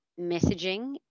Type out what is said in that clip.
messaging